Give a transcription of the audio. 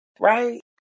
Right